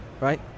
right